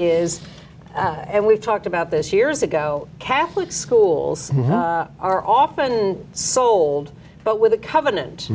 is and we've talked about this years ago catholic schools are often sold but with a covenant